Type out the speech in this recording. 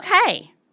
okay